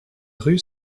rue